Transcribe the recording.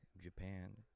Japan